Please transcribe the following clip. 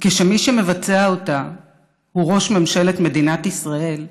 וכשמי שמבצע אותה הוא ראש ממשלת מדינת ישראל,